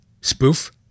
spoof